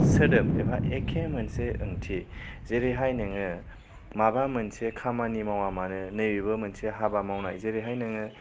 सोदोब एबा एखे मोनसे ओंथि जेरैहाय नोङो माबा मोनसे खामानि मावा मानो नैबेबो मोनसे हाबा मावनाय जेरैहाय नोङो